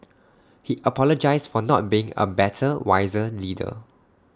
he apologised for not being A better wiser leader